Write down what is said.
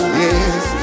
yes